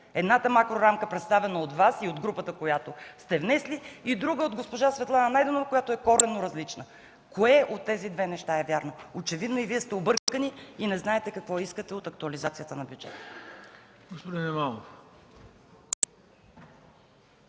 Една макрорамка, представена от Вас и от групата, с която сте внесли, и друга – от госпожа Светлана Найденова, която е коренно различна! Кое от тези две неща е вярното? Очевидно Вие сте объркани и не знаете какво искате от актуализацията на бюджета.